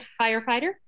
firefighter